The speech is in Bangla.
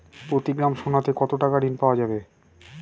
প্রতি গ্রাম সোনাতে কত টাকা ঋণ পাওয়া যাবে?